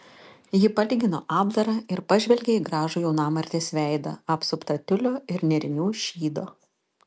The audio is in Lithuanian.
ji palygino apdarą ir pažvelgė į gražų jaunamartės veidą apsuptą tiulio ir nėrinių šydo